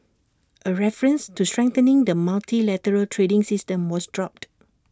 A reference to strengthening the multilateral trading system was dropped